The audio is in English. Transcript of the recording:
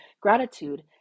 gratitude